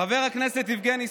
חבר הכנסת יבגני סובה: